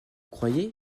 croyez